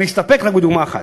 אני אסתפק רק בדוגמה אחת,